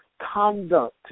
conduct